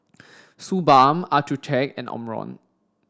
Suu Balm Accucheck and Omron